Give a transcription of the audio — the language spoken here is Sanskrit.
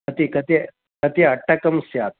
कति कति कति अट्टकं स्यात्